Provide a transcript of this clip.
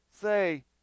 say